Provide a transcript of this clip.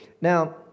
Now